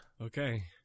okay